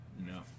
No